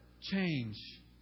change